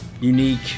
unique